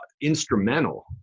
instrumental